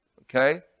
Okay